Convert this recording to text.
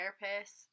therapist